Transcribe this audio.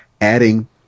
adding